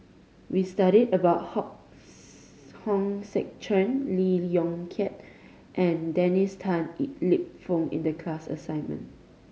we studied about Hok Hong Sek Chern Lee Yong Kiat and Dennis Tan Lip Fong in the class assignment